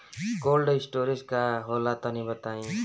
Cold storage का होला तनि बताई?